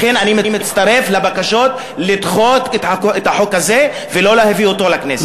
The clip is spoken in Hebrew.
לכן אני מצטרף לבקשות לדחות את החוק הזה ולא להביא אותו לכנסת.